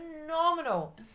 Phenomenal